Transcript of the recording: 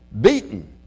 Beaten